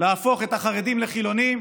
להפוך את החרדים לחילונים,